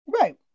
Right